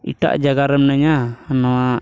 ᱮᱴᱟᱜ ᱡᱟᱭᱜᱟ ᱨᱮ ᱢᱤᱱᱟᱹᱧᱟ ᱱᱚᱣᱟ